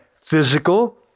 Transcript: physical